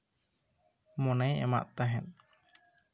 ᱢᱚᱱᱮᱭ ᱮᱢᱟᱫ ᱛᱟᱦᱮᱸᱫ